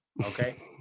Okay